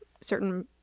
certain